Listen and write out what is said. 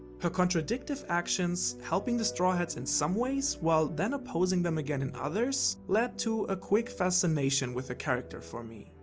her contradictive actions, helping the straw hats in some ways while then opposing them again in others, lead to a quick fascination with her character for me.